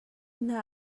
hna